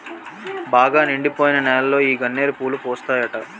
బాగా నిండిపోయిన నేలలో ఈ గన్నేరు పూలు పూస్తాయట